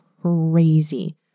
crazy